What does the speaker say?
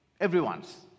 Everyone's